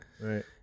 Right